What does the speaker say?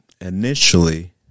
Initially